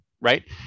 right